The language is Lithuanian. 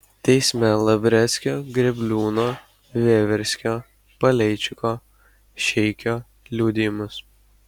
teisme lavreckio grėbliūno veverskio paleičiko šeikio liudijimus